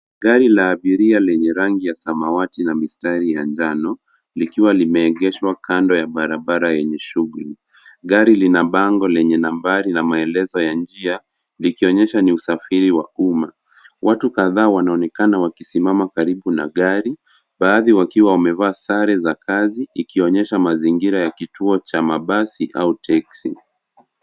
Gari la abiria lenye rangi ya samawati na mistari ya njano, likiwa limeegeshwa kando ya barabara yenye shughuli. Gari lina bango na nambari ya maelezo ya njia, likionyesha ni usafiri wa umma. Watu kadhaa wanaonekana wakisimama karibu na gari, baadhi wakiwa wamevaa sare za kazi ikionyesha mazingira ya kituo cha mabasi au teksi.